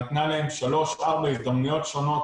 נתנה שלוש או ארבע הזדמנויות שונות